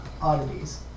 oddities